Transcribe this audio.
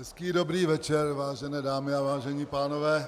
Hezký dobrý večer, vážené dámy a vážení pánové.